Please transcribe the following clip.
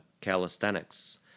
calisthenics